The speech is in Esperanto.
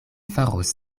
faros